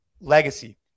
legacy